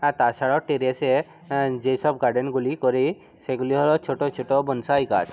আর তাছাড়াও টেরেসে যেসব গার্ডেনগুলি করি সেইগুলি হলো ছোটো ছোটো বনসাঁই গাছ